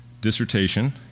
dissertation